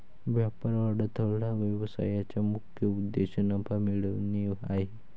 व्यापार अडथळा व्यवसायाचा मुख्य उद्देश नफा मिळवणे आहे